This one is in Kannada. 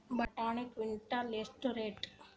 ಬಟಾಣಿ ಕುಂಟಲ ಎಷ್ಟು ರೇಟ್?